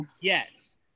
Yes